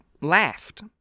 laughed